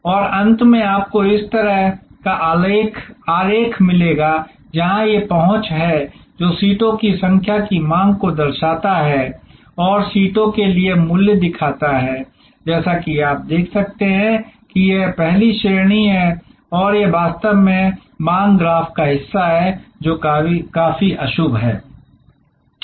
और अंत में आपको इस तरह का एक आरेख मिलेगा जहां यह पहुंच है जो सीटों की संख्या की मांग को दर्शाता है और यह सीटों के लिए मूल्य दिखाता है जैसा कि आप देख सकते हैं कि यह पहली श्रेणी है और यह वास्तव में मांग ग्राफ का हिस्सा है जो काफी अशुभ है